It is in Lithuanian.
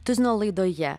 tuzino laidoje